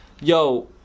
Yo